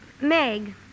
Meg